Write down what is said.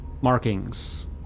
markings